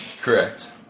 Correct